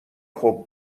خوب